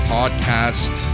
Podcast